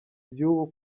by’ubu